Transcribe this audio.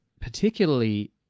particularly